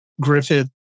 Griffith